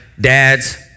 dad's